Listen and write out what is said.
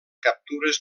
captures